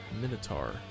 minotaur